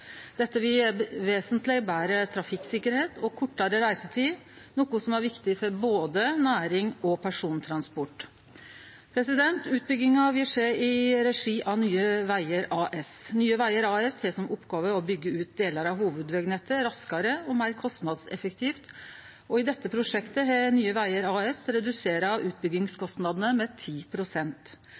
Dette vil gje vesentleg betre trafikksikkerheit og kortare reisetid, noko som er viktig for både nærings- og persontransport. Utbygginga vil skje i regi av Nye Vegar AS. Nye Vegar AS har som oppgåve å byggje ut delar av hovudvegnettet raskare og meir kostnadseffektivt, og i dette prosjektet har Nye Vegar AS redusert utbyggingskostnadene med